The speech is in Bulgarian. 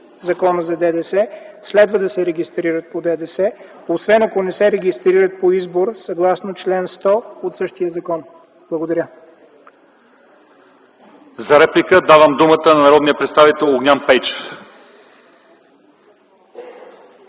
за ДДС следва да се регистрират по ДДС, освен ако не се регистрират по избор съгласно чл. 100 от същия закон. Благодаря. ПРЕДСЕДАТЕЛ ЛЪЧЕЗАР ИВАНОВ : За реплика давам думата на народния представител Огнян Пейчев.